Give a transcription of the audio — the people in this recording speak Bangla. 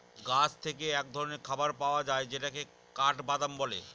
গাছ থেকে এক ধরনের খাবার পাওয়া যায় যেটাকে কাঠবাদাম বলে